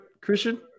Christian